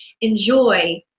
enjoy